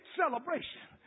celebration